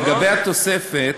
לגבי התוספת,